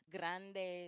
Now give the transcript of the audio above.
Grande